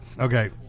Okay